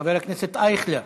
חבר הכנסת אייכלר,